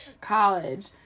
College